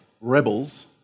rebels